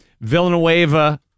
Villanueva